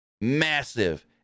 Massive